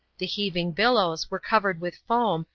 the heaving billows were covered with foam,